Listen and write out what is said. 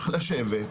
צריך לשבת,